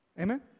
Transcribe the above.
Amen